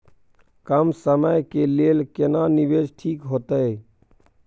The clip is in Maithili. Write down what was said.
कम समय के लेल केना निवेश ठीक होते?